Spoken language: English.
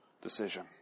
decision